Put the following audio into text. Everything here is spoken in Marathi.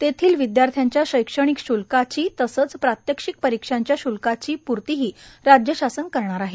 तेथील विद्यार्थ्यांच्या शैक्षणिक श्ल्काची तसंच प्रात्यक्षिक परिक्षांच्या शुल्काची पुर्तीही राज्यशासन करणार आहे